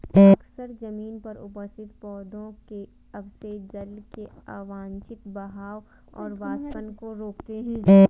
अक्सर जमीन पर उपस्थित पौधों के अवशेष जल के अवांछित बहाव और वाष्पन को रोकते हैं